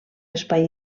espai